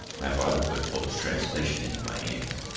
my father put pope's translation into my hands.